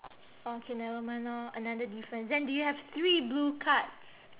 orh K never mind orh another difference then do you have three blue cards